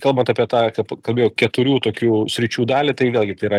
kalbant apie tą kaip kalbėjau keturių tokių sričių dalį tai vėlgi tai yra